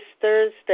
Thursday